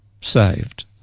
saved